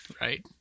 Right